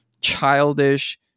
childish